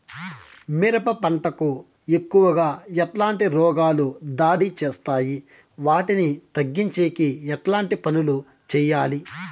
మిరప పంట కు ఎక్కువగా ఎట్లాంటి రోగాలు దాడి చేస్తాయి వాటిని తగ్గించేకి ఎట్లాంటి పనులు చెయ్యాలి?